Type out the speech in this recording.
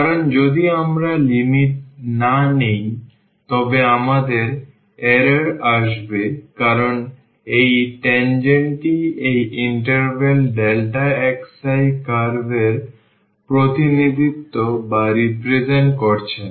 কারণ যদি আমরা লিমিট না নিই তবে আমাদের এরর আসবে কারণ এই tangent টি এই ইন্টারভ্যাল xi কার্ভ এর প্রতিনিধিত্ব করছে না